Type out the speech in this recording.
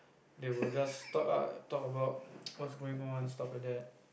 they would just talk ah talk about what's going on stuff like that